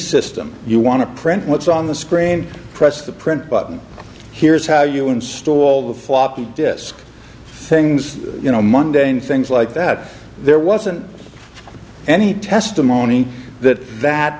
system you want to print what's on the screen press the print button here's how you install the floppy disk things you know monday and things like that there wasn't any testimony that that